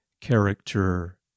character